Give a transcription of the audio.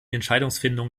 entscheidungsfindung